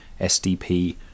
SDP